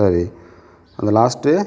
சரி அந்த லாஸ்ட்